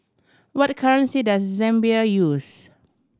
what currency does Zambia use